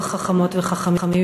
חכמות וחכמים,